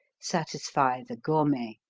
satisfy the gourmet.